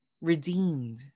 redeemed